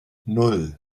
nan